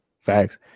facts